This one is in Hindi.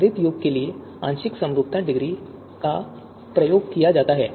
भरीत योग के लिए अंशिक समरूपता डिग्री का प्रयोग किया जाता है